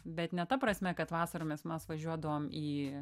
bet ne ta prasme kad vasaromis mes važiuodavom į